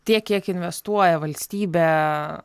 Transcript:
tiek kiek investuoja valstybė